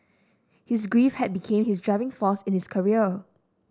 his grief had became his driving force in his career